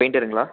பெய்ண்டருங்களா